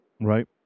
Right